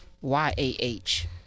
Y-A-H